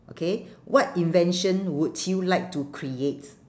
okay what invention would you like to create